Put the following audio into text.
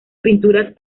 pinturas